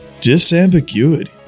Disambiguity